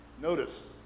Notice